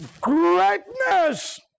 greatness